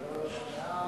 הצעת